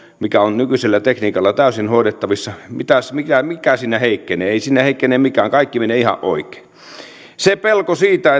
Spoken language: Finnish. mikä on nykyisellä tekniikalla täysin hoidettavissa mikä mikä siinä heikkenee ei siinä heikkene mikään kaikki menee ihan oikein pelko siitä